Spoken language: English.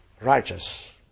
righteous